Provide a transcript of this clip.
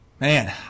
Man